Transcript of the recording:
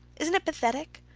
isn't it pathetic?